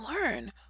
learn